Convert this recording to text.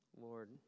Lord